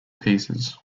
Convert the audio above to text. pieces